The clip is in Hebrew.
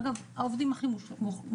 אגב, העובדים הכי מוחלשים.